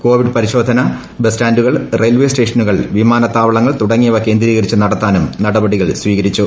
Covid പരിശോദ്ധന bus സ്റ്റാന്റുകൾ railway സ്റ്റേഷനുകൾ വിമാനത്താവ്ളങ്ങൾ തുടങ്ങിയവ കേന്ദ്രീകരിച്ച് നടത്താനും നടപടികൾ സ്വീകൃതിച്ചു